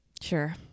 sure